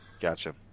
Gotcha